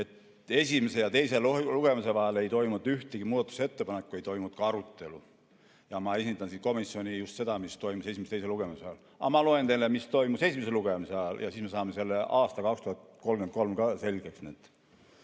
Esimese ja teise lugemise vahel ei tehtud ühtegi muudatusettepanekut, ei toimunud ka arutelu. Ma esindan siin komisjoni just selles, mis toimus esimese ja teise lugemise ajal. Aga ma loen teile, mis toimus esimese lugemise ajal ja siis me saame selle aasta 2033 ka selgeks."Eelnõu